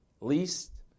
least